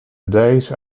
date